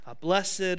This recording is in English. Blessed